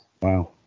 Wow